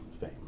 fame